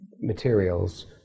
materials